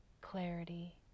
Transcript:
clarity